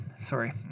sorry